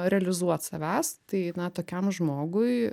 realizuot savęs tai na tokiam žmogui